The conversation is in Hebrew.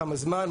כמה זמן,